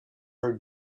her